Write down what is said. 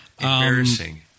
Embarrassing